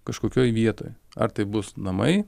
kažkokioj vietoje ar tai bus namai